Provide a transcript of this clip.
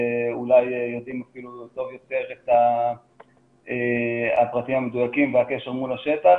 ואולי יודעים אפילו טוב יותר את הפרטים המדויקים והקשר מול השטח.